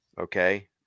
okay